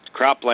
cropland